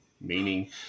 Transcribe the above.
meaning